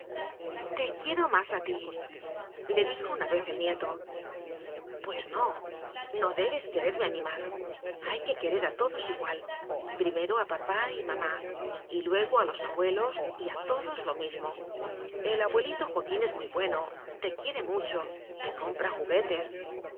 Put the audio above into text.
te quiero más a tíle dijo una vez el nieto pues no no debes quererme a mí más hay que querer a todos igual primero a papá y mamá y luego a los abuelos y a todos lo mismo el abuelito joaquín es muy bueno te quiere mucho te compra juguetes